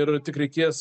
ir tik reikės